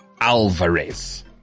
Alvarez